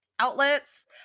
outlets